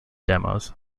demos